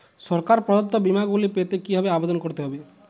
সরকার প্রদত্ত বিমা গুলি পেতে কিভাবে আবেদন করতে হবে?